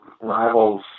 rivals